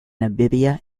namibia